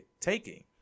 taking